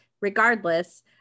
regardless